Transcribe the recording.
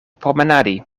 promenadi